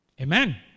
Amen